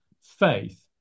faith